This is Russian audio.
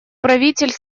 правитель